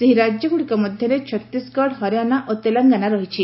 ସେହି ରାଜ୍ୟଗୁଡ଼ିକ ମଧ୍ୟରେ ଛତିଶଗଡ଼ ହରିଆଣା ଓ ତେଲଙ୍ଗାନା ରହିଛି